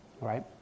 right